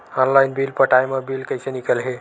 Online bill पटाय मा bill कइसे निकलही?